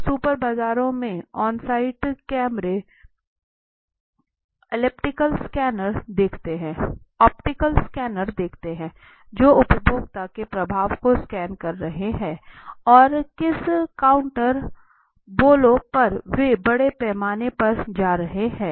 अब सुपर बाजारों में ऑनसाइट कैमरे ऑप्टिकल स्कैनर देखते हैं जो उपभोक्ता के प्रवाह को स्कैन कर रहे हैं और किस काउंटर बोलो पर वे बड़े पैमाने पर जा रहे हैं